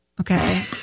okay